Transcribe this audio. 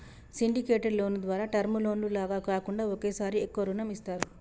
syndicated loan ద్వారా term loan లాగా కాకుండా ఒకేసారి ఎక్కువ రుణం ఇస్తారు